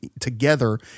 together